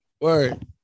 Word